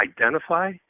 identify